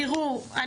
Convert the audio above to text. תראו,